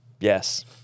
yes